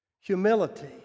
Humility